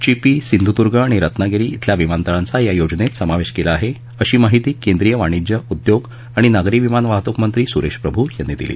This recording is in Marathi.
चिपी सिंधुदुर्ग आणि रत्नागिरी इथल्या विमानतळांचा या योजनेत समावेश केला आहे अशी माहिती केंद्रीय वाणिज्य उद्योग आणि नागरी विमान वाहतूक मंत्री सुरेश प्रभू यांनी दिली